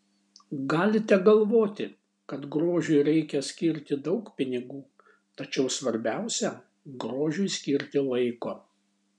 galite galvoti kad grožiui reikia skirti daug pinigų tačiau svarbiausia grožiui skirti laiko